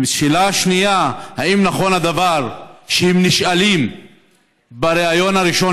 שאלה שנייה: האם נכון הדבר שהם נשאלים בריאיון הראשון,